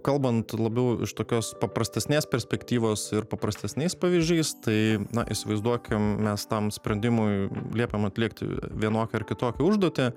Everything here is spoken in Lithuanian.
kalbant labiau iš tokios paprastesnės perspektyvos ir paprastesniais pavyzdžiais tai na įsivaizduokim mes tam sprendimui liepiam atlikti vienokią ar kitokią užduotį